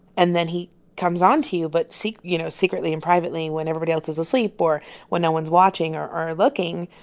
and then, he comes on to you but, you know, secretly and privately when everybody else is asleep or when no one's watching or or looking.